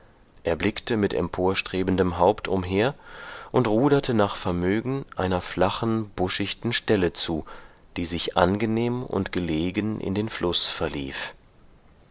er blickte mit emporstrebendem haupt umher und ruderte nach vermögen einer flachen buschichten stelle zu die sich angenehm und gelegen in den fluß verlief